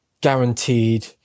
guaranteed